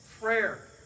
prayer